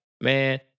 man